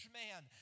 man